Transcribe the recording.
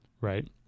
Right